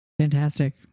Fantastic